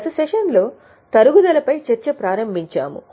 గత సెషన్లో తరుగుదలపై చర్చ ప్రారంభించాము